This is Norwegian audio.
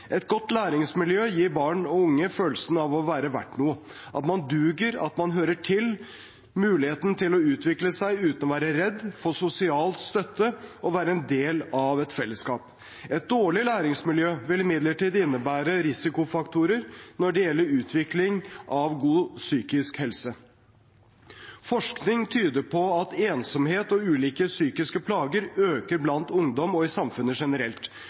Et godt læringsmiljø gir barn og unge følelse av å være verdt noe, at man duger, at man hører til, mulighet til å utfolde seg uten å være redd, få sosial støtte og være del av et fellesskap. Et dårlig læringsmiljø vil imidlertid innebære risikofaktorer når det gjelder utvikling av god psykisk helse. Forskning tyder på at ensomhet og ulike psykiske plager øker blant ungdom og i samfunnet generelt.